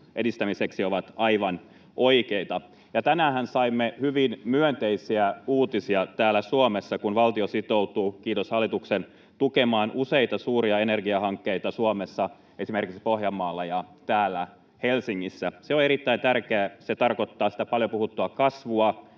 edistämiseksi ovat aivan oikeita. Ja tänäänhän saimme hyvin myönteisiä uutisia täällä Suomessa, kun valtio sitoutuu — kiitos hallituksen — tukemaan useita suuria energiahankkeita Suomessa, esimerkiksi Pohjanmaalla ja täällä Helsingissä. Se on erittäin tärkeää. Se tarkoittaa sitä paljon puhuttua kasvua,